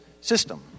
system